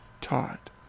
taught